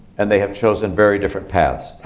and they have chosen very different paths.